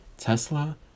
Tesla